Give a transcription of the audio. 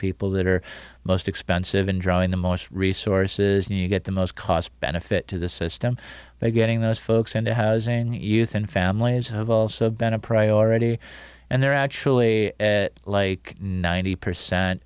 people that are most expensive in drawing the most resources and you get the most cost benefit to the system by getting those folks into housing youth and families have also been a priority and they're actually like ninety percent